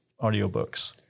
audiobooks